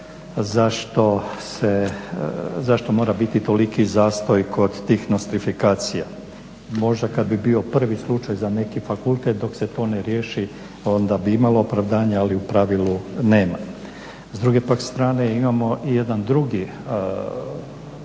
zašto mora biti toliki zastoj kod tih nostrifikacija. Možda kad bi bio prvi slučaj za neki fakultet dok se to ne riješi onda bi imalo opravdanje, ali u pravilu nema. S druge pak strane imamo i jednu drugu,